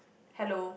hello